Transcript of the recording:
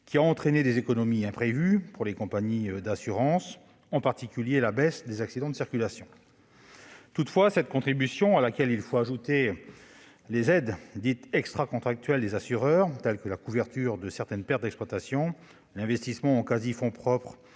qui a entraîné des économies imprévues pour les compagnies d'assurance. Je pense, en particulier, à la baisse des accidents de la circulation. Toutefois, cette contribution, à laquelle il faut ajouter des aides dites « extracontractuelles » des assureurs- couverture de certaines pertes d'exploitation, investissement en quasi-fonds propres,